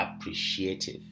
appreciative